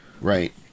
right